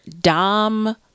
dom